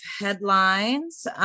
headlines